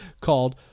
called